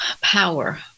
power